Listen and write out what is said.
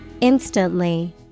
Instantly